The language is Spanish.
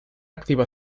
activa